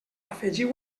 afegiu